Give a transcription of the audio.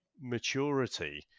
maturity